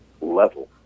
level